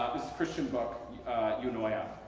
it's christian bok's eunoia,